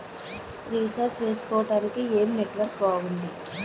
Recharge చేసుకోవటానికి ఏం network బాగుంది?